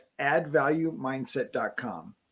addvaluemindset.com